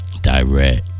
Direct